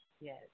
Yes